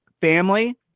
family